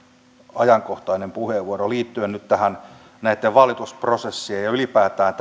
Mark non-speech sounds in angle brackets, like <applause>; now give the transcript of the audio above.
ajankohtainen puheenvuoro liittyen nyt näitten valitusprosessien ja ylipäätään <unintelligible>